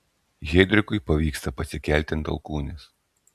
heidrichui pavyksta pasikelti ant alkūnės